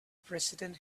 president